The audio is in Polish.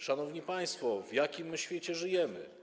Szanowni państwo, w jakim my świecie żyjemy?